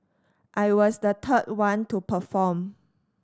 I was the third one to perform